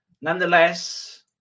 Nonetheless